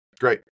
Great